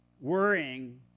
Worrying